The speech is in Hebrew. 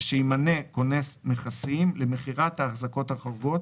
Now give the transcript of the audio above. שימנה כונס נכסים למכירת ההחזקות החורגות,